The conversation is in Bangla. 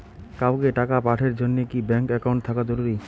কাউকে টাকা পাঠের জন্যে কি ব্যাংক একাউন্ট থাকা জরুরি?